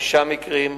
שישה מקרים,